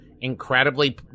incredibly